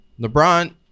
LeBron